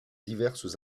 diverses